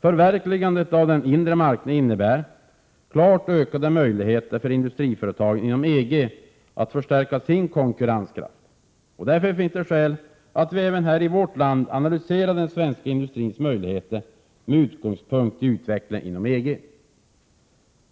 Förverkligandet av den inre marknaden innebär klart bättre möjligheter för industriföretagen inom EG att förstärka sin konkurrenskraft. Därför finns det skäl för att även vi här i vårt land analyserar den svenska industrins öjligheter med utgångspunkt i utvecklingen inom EG.